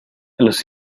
los